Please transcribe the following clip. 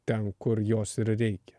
ten kur jos ir reikia